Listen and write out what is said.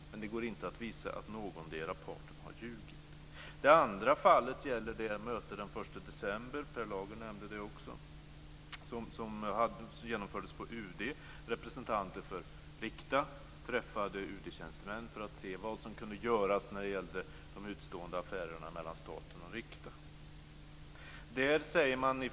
Men det går inte att visa att någondera parten har ljugit. Det andra fallet gäller det möte den 1 december - Per Lager nämnde det också - som genomfördes på UD. Representanter för Rikta träffade UD-tjänstemän för att se vad som kunde göras när det gällde de utestående affärerna mellan staten och Rikta.